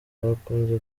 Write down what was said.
bakunze